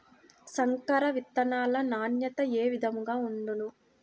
సంకర విత్తనాల నాణ్యత ఏ విధముగా ఉండును?